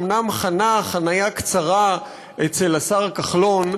אומנם חנה חניה קצרה אצל השר כחלון,